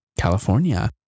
California